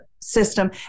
system